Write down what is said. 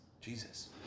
jesus